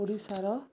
ଓଡ଼ିଶାର